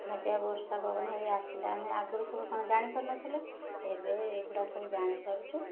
ବାତ୍ୟା ବର୍ଷା ପବନ ଏଇ ଆସିଲେ ଆମେ ଆଗୁରୁ ସବୁ କ'ଣ ଜାଣିପାରୁନଥିଲେ ଏବେ ଏଗୁଡ଼ାକ ସବୁ ଜାଣିପାରୁଛୁ